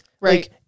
Right